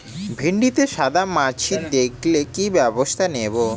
ভিন্ডিতে সাদা মাছি দেখালে কি ব্যবস্থা নেবো?